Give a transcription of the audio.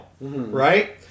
right